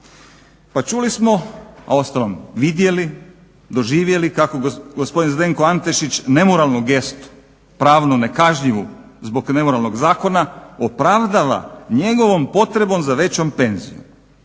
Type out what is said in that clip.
Pa čuli smo, a uostalom vidjeli, doživjeli kako gospodin Zdenko Antešić nemoralnu gestu, pravno nekažnjivu zbog nemoralnog zakona opravdava njegovom potrebom za većom penzijom.